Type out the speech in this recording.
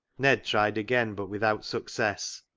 ned tried again, but without success.